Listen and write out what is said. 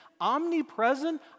omnipresent